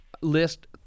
list